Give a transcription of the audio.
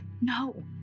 No